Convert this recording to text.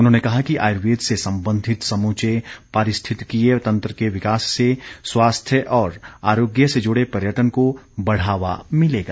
उन्होंने कहा कि आयुर्वेद से संबंधित समूचे पारिस्थितिकीय तंत्र के विकास से स्वास्थ्य और आरोग्य से जुडे पर्यटन को बढावा मिलेगा